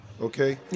okay